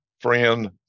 friend